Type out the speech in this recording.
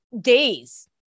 days